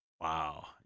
Wow